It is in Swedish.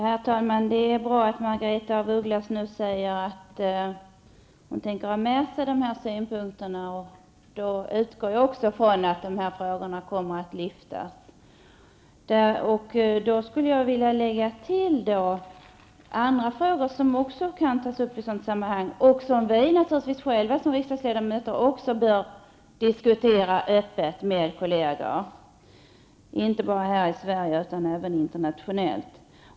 Herr talman! Det är bra att Margaretha af Ugglas tänker ta med sig våra synpunkter. Då utgår jag ifrån att dessa frågor kommer att lyftas fram. Jag skulle vilja tillägga en fråga som jag tycker också bör tas upp i detta sammanhang och som vi naturligtvis själva som riksdagsledamöter bör diskutera öppet, inte bara här i Sverige utan också internationellt.